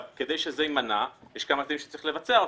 כדי שזה יימנע יש כמה תנאים שצריך לבצע אותם.